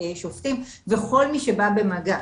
שופטים וכל מי שבא במגע,